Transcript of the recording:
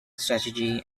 strategy